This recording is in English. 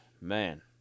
Man